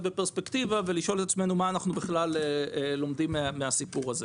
בפרספקטיבה ולשאול את עצמנו מה אנחנו בכלל לומדים מהסיפור הזה.